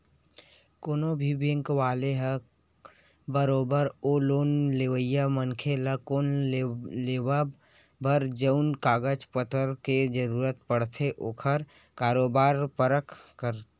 कोनो भी बेंक वाले ह बरोबर ओ लोन लेवइया मनखे ल लोन लेवब बर जउन कागज पतर के जरुरत पड़थे ओखर बरोबर परख करथे